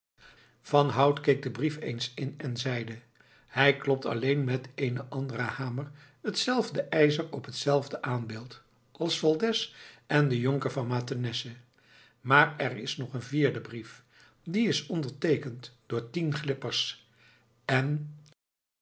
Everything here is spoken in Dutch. van hout keek den brief eens in en zeide hij klopt alleen met eenen anderen hamer hetzelfde ijzer op hetzelfde aanbeeld als valdez en de jonker van mathenesse maar er is nog een vierde brief die is onderteekend door tien glippers en